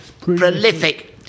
Prolific